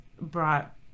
brought